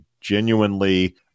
genuinely